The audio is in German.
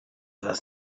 was